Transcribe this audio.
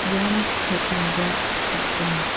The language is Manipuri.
ꯌꯥꯝ ꯈꯦꯠꯅꯕ ꯊꯣꯛꯄꯅꯤ